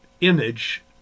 image